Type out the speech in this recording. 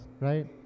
right